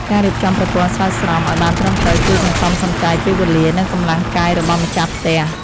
ការរៀបចំប្រព័ន្ធស្រោចស្រពឱ្យបានត្រឹមត្រូវជួយសន្សំសំចៃពេលវេលា និងកម្លាំងកាយរបស់ម្ចាស់ផ្ទះ។